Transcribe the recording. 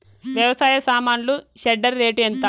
వ్యవసాయ సామాన్లు shredder rate ఎంత?